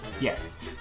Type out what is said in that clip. yes